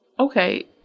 Okay